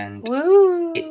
Woo